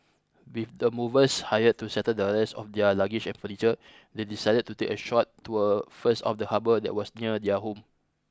with the movers hired to settle the rest of their luggage and furniture they decided to take a short tour first of the harbour that was near their home